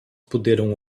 puderam